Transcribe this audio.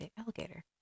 alligator